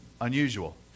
Unusual